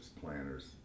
planners